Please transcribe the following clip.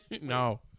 No